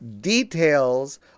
details